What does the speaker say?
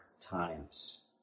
times